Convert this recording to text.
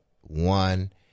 one